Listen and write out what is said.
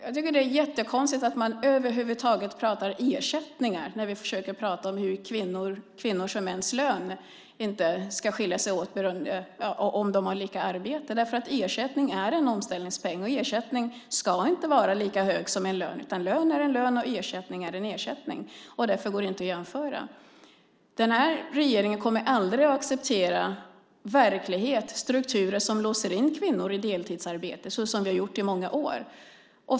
Jag tycker att det är jättekonstigt att man över huvud taget pratar om ersättningar när vi försöker prata om hur kvinnors och mäns lön inte ska skilja sig åt om de har lika arbete. Ersättning är en omställningspeng, och ersättning ska inte vara lika hög som en lön. Lön är en lön, och ersättning är en ersättning, och därför går det inte att jämföra. Den här regeringen kommer aldrig att acceptera en verklighet och strukturer som låser in kvinnor i deltidsarbete såsom vi har gjort i många år.